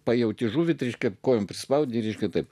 pajauti žuvį trypkit kojom prispaudė ir irgi taip